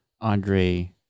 Andre